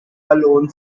alone